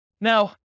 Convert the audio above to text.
Now